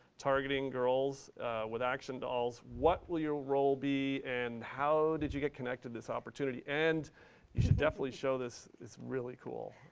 targeting girls with action dolls. what will your role be and how did you get connected to this opportunity? and you should definitely show this. it's really cool.